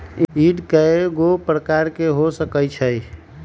yield कयगो प्रकार के हो सकइ छइ